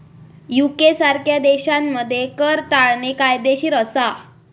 UK सारख्या देशांमध्ये कर टाळणे कायदेशीर असा